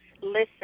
listen